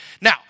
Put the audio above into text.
Now